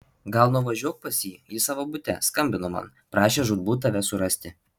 gal nuvažiuok pas jį jis savo bute skambino man prašė žūtbūt tave surasti